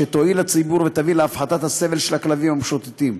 שתועיל לציבור ותביא להפחתת הסבל של הכלבים המשוטטים.